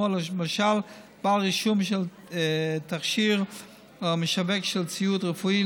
למשל בעל רישום של תכשיר או משווק של ציוד רפואי,